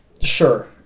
Sure